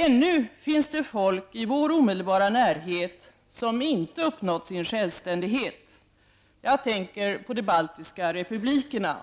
Ännu finns det folk i vår omedelbara närhet som inte uppnått sin självständighet. Jag tänker på de baltiska republikerna.